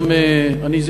גם אני,